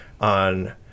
on